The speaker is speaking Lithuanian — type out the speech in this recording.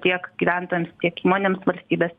tiek gyventojams tiek įmonėms valstybės